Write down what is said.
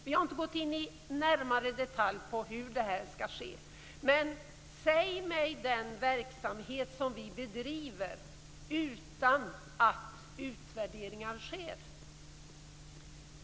Vi har inte gått in närmare i detalj på hur det här skall ske. Men säg mig den verksamhet som vi bedriver utan att utvärderingar sker.